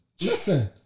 Listen